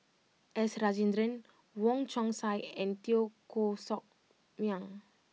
S Rajendran Wong Chong Sai and Teo Koh Sock Miang